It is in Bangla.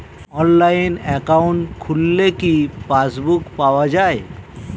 অনলাইনে একাউন্ট খুললে কি পাসবুক পাওয়া যায়?